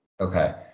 Okay